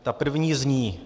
Ta první zní.